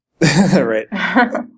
Right